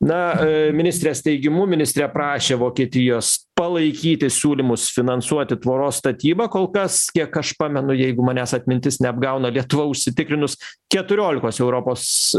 na ministrės teigimu ministrė prašė vokietijos palaikyti siūlymus finansuoti tvoros statybą kol kas kiek aš pamenu jeigu manęs atmintis neapgauna lietuva užsitikrinus keturiolikos europos